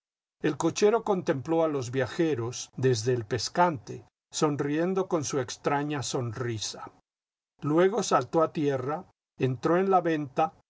el cochero contempló a los viajeros desde el pescante sonriendo con su extraña sonrisa luego saltó a tierra entró en la venta